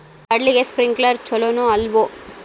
ಕಡ್ಲಿಗೆ ಸ್ಪ್ರಿಂಕ್ಲರ್ ಛಲೋನೋ ಅಲ್ವೋ?